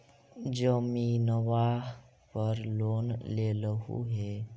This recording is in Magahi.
जमीनवा पर लोन लेलहु हे?